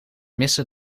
miste